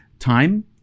time